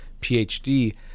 PhD